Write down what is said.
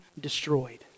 destroyed